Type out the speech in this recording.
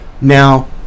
Now